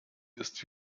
ist